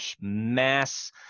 mass